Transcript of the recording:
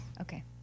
Okay